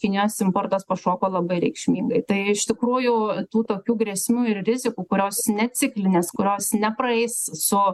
kinijos importas pašoko labai reikšmingai tai iš tikrųjų tų tokių grėsmių ir rizikų kurios neciklinės kurios nepraeis su